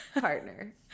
partner